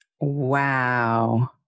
Wow